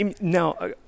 Now